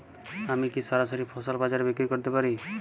আমি কি সরাসরি ফসল বাজারে বিক্রি করতে পারি?